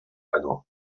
canó